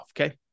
okay